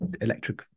electric